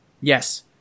Yes